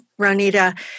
Ronita